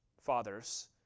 fathers